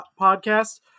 podcast